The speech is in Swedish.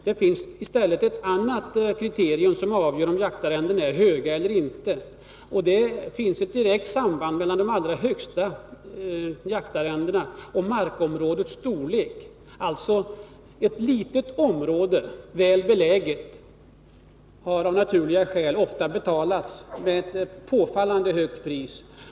Det är i stället ett annat kriterium som avgör om jaktarrenden är höga eller inte. Det finns ett direkt samband mellan de allra högsta jaktarrendena och markområdets storlek. Ett litet område, väl beläget, har av naturliga skäl ofta betalats med ett påfallande högt pris.